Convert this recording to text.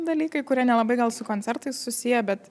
dalykai kurie nelabai gal su koncertais susiję bet